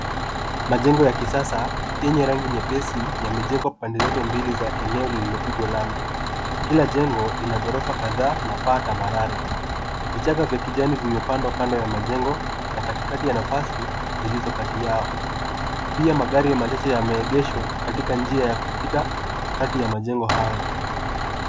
Majengo ya kisasa yenye rangi nyepesi yamejengwa pande zote mbili za eneo lililopigwa lami. Kila jengo lina ghorofa kadhaa na paa tambarare. Vichaka vya kijani vimepandwa kando ya majengo na katikati ya nafasi zilizo kati yao. Pia magari machache yameegeshwa katika njia ya kupita kati ya majengo hayo.